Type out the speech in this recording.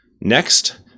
Next